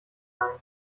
ein